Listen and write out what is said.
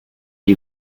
you